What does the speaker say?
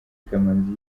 kamanzi